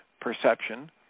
perception